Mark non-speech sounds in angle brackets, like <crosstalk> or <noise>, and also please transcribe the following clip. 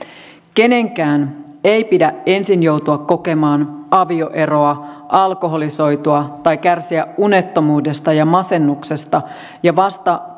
kenenkään ei pidä ensin joutua kokemaan avioeroa alkoholisoitua tai kärsiä unettomuudesta ja masennuksesta ja vasta <unintelligible>